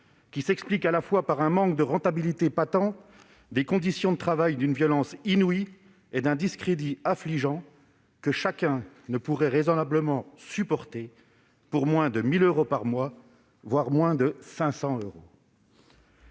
s'explique à la fois par un manque de rentabilité patent, par des conditions de travail d'une violence inouïe et par un discrédit affligeant, ce que personne ne peut raisonnablement supporter pour moins de 1 000 euros, voire moins de 500 euros